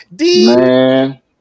Man